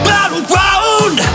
Battleground